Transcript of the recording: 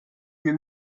mir